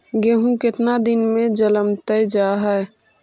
गेहूं केतना दिन में जलमतइ जा है?